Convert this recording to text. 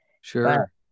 Sure